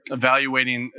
evaluating